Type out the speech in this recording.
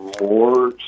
more